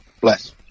Bless